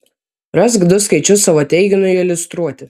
rask du skaičius savo teiginiui iliustruoti